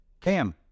Cam